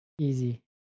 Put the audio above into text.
Easy